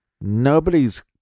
nobody's